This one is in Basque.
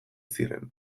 ziren